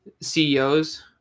CEOs